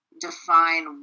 define